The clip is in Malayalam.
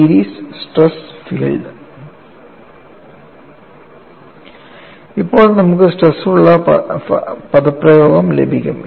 സീരീസ് സ്ട്രെസ് ഫീൽഡ് ഇപ്പോൾ നമുക്ക് സ്ട്രെസ്നുള്ള പദപ്രയോഗവും ലഭിക്കും